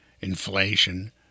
inflation